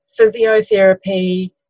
physiotherapy